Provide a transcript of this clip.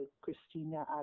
Christina